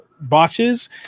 botches